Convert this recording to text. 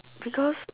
because